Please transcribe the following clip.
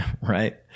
Right